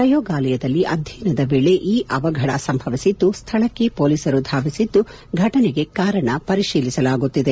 ಪ್ರಯೋಗಾಲಯದಲ್ಲಿ ಅಧ್ಯಯನದ ವೇಳೆ ಈ ಅವಘಡ ಸಂಭವಿಸಿದ್ದು ಸ್ಥಳಕ್ಕೆ ಮೊಲೀಸರು ದಾವಿಸಿದ್ದು ಘಟನೆಗೆ ಕಾರಣವನ್ನು ಪರಿಶೀಲಿಸಲಾಗುತ್ತಿದೆ